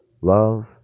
love